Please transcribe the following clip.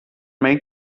make